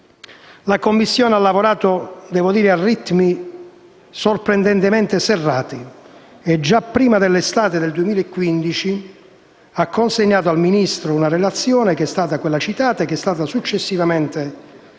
La commissione ha lavorato a ritmi sorprendentemente serrati e già prima dell'estate del 2015 ha consegnato al Ministro una relazione, che è stata successivamente inviata